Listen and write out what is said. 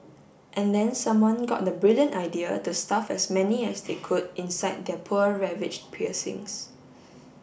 and then someone got the brilliant idea to stuff as many as they could inside their poor ravaged piercings